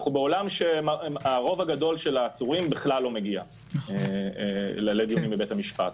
אנחנו בעולם שהרוב הגדול של העצורים בכלל לא מגיע לדיונים בבית המשפט.